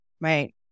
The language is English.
right